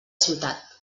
ciutat